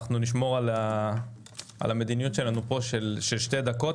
נשמור על המדיניות שלנו של שתי דקות.